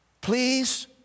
Please